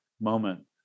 moment